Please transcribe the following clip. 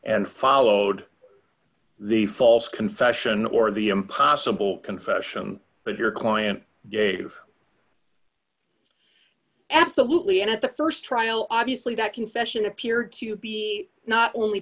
and followed the false confession or the impossible confession but your client gave absolutely and at the st trial obviously that confession appeared to be not only